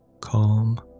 Calm